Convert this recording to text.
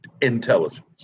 intelligence